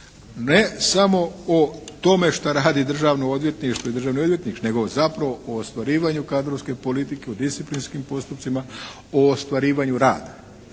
ne samo o tome šta radi Državno odvjetništvo i državni odvjetnik nego zapravo o ostvarivanju kadrovske politike, o disciplinskim postupcima, o ostvarivanju rada.